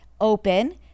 open